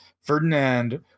Ferdinand